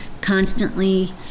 constantly